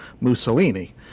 Mussolini